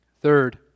Third